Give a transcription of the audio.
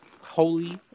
holy